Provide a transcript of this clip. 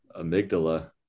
amygdala